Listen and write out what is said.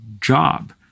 job